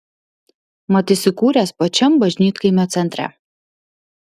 mat įsikūręs pačiam bažnytkaimio centre